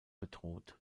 bedroht